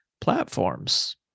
platforms